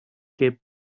kept